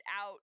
out